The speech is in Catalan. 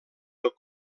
del